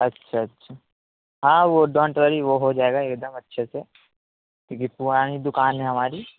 اچھا اچھا ہاں وہ ڈونٹ وری وہ ہو جائے گا ایک دم اچھے سے کیونکہ پرانی دکان ہے ہماری